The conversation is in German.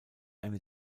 eine